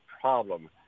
problem